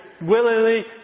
willingly